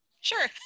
sure